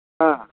ᱦᱮᱸ